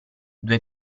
due